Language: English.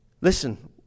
Listen